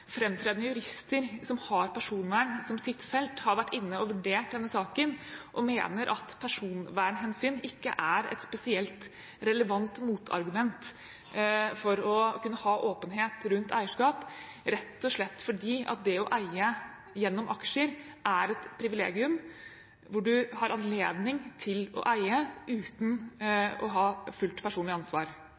jurister som har personvern som sitt felt, har vært inne og vurdert denne saken og mener at personvernhensyn ikke er et spesielt relevant motargument mot å kunne ha åpenhet rundt eierskap, rett og slett fordi det å eie gjennom aksjer er et privilegium hvor man har anledning til å eie uten å ha fullt personlig ansvar.